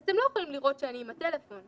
אז אתם לא יכולים לראות שאני עם הטלפון,